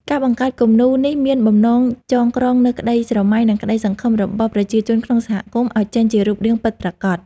ការបង្កើតគំនូរនេះមានបំណងចងក្រងនូវក្តីស្រមៃ និងក្តីសង្ឃឹមរបស់ប្រជាជនក្នុងសហគមន៍ឱ្យចេញជារូបរាងពិតប្រាកដ។